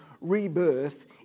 rebirth